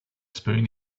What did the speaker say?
spoon